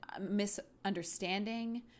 misunderstanding